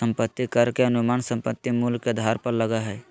संपत्ति कर के अनुमान संपत्ति मूल्य के आधार पर लगय हइ